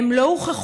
הן עדיין לא הוכחו,